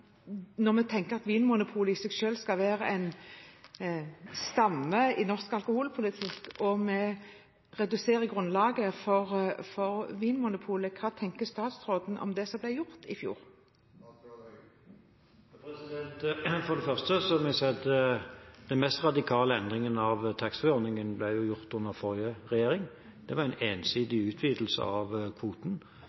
Når vi tenker at Vinmonopolet i seg selv skal være en stamme i norsk alkoholpolitikk og vi reduserer grunnlaget for Vinmonopolet, hva tenker statsråden om det som ble gjort i fjor? For det første må jeg si at den mest radikale endringen i taxfree-ordningen ble gjort under forrige regjering. Det var en ensidig utvidelse av kvoten,